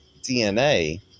DNA